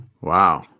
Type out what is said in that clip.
Wow